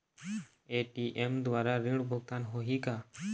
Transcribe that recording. ATM द्वारा ऋण भुगतान होही का?